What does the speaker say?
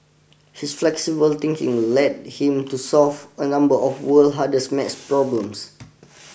his flexible thinking led him to solve a number of world hardest math problems